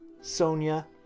Sonia